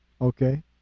Okay